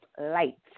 light